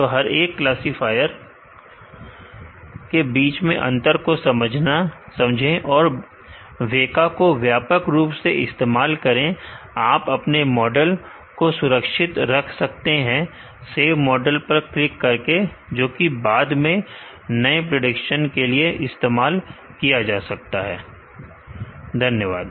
तो हर एक क्लासीफायर के बीच में अंतर को समझें और वेका को व्यापक रूप से इस्तेमाल करें आप अपने मॉडल को सुरक्षित रख सकते हैं सेव मॉडल पर क्लिक करके जो कि बाद में नए प्रेडिक्शन के लिए इस्तेमाल किया जा सकता है धन्यवाद